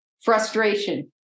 frustration